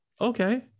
okay